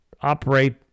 operate